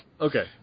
Okay